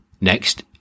Next